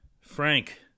frank